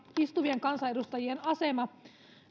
istuvien kansanedustajien asema